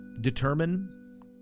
determine